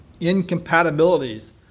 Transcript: incompatibilities